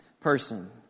person